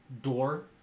door